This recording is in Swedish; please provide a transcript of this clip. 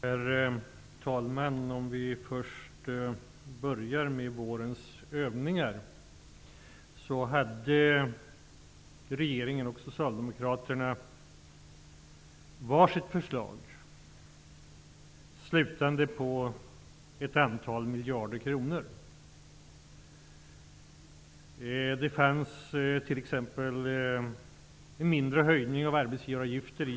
Herr talman! Jag skall först gå in på vårens övningar. Regeringen och Socialdemokraterna hade var sitt förslag, som slutade på ett antal miljarder kronor. Det gällde t.ex. en mindre höjning av arbetsgivaravgiften.